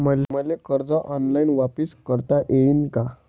मले कर्ज ऑनलाईन वापिस करता येईन का?